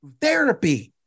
therapy